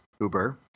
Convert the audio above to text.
Uber